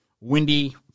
windy